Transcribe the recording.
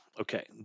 Okay